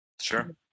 Sure